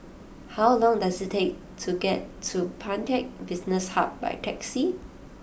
how long does it take to get to Pantech Business Hub by taxi